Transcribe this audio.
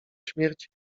śmierć